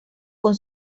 con